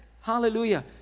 Hallelujah